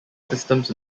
systems